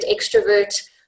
extrovert